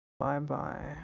Bye-bye